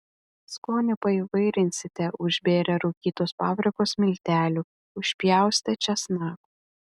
skonį paįvairinsite užbėrę rūkytos paprikos miltelių užpjaustę česnako